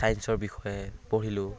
ছায়েঞ্চৰ বিষয়ে আমি পঢ়িলোঁ